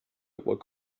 walk